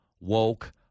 woke